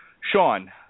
Sean